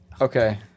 Okay